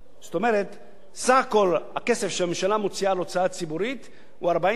סך כל הכסף שהממשלה מוציאה על הוצאה ציבורית הוא 42% במונחי תל"ג.